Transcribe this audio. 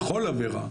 בכל עבירה,